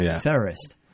terrorist